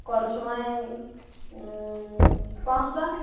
কটার সময় পাঁচটা